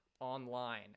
online